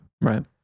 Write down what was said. Right